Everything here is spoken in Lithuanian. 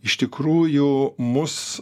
iš tikrųjų mus